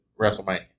WrestleMania